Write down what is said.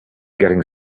getting